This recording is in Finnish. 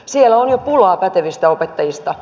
siellä on jo pulaa pätevistä opettajista